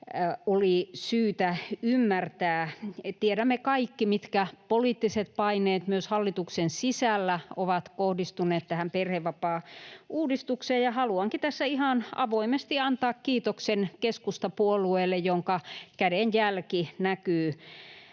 oli syytä ymmärtää. Tiedämme kaikki, mitkä poliittiset paineet ovat kohdistuneet tähän perhevapaauudistukseen myös hallituksen sisällä, ja haluankin tässä ihan avoimesti antaa kiitoksen keskustapuolueelle, jonka kädenjälki näkyy